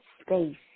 space